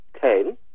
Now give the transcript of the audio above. ten